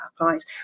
applies